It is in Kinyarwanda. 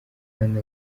kandi